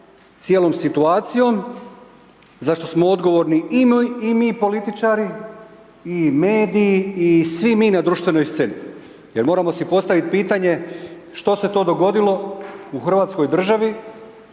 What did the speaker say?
cijelom situacijom zašto smo odgovorni i mi političari i mediji i svi mi na društvenoj sceni. Jer moramo si postaviti pitanje što se to dogodilo u Hrvatskoj državi